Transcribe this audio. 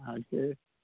हजुर